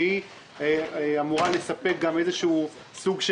שאמורה לספק קצת ביטחון,